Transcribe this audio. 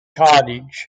cottage